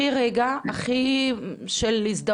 יש אנשים שהם בלי עובדת או עובד זר אין חיים.